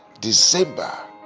December